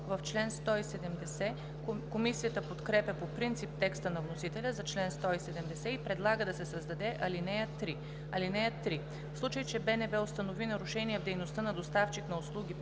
включително. Комисията подкрепя по принцип текста на вносителя за чл. 170 и предлага да се създаде ал. 3: „(3) В случай че БНБ установи нарушения в дейността на доставчик на услуги